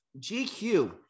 GQ